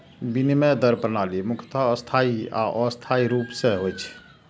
विनिमय दर प्रणाली मुख्यतः स्थायी आ अस्थायी रूप मे होइ छै